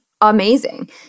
amazing